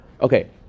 Okay